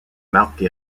marque